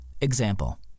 example